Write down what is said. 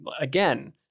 again